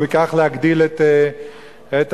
ובכך להגדיל את המקומות